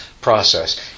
process